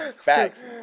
Facts